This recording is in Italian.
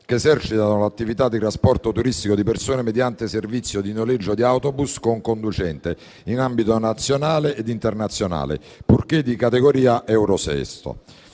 che esercitano l'attività di trasporto turistico di persone mediante servizio di noleggio di autobus con conducente in ambito nazionale ed internazionale, purché di categoria Euro 6.